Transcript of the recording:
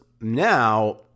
now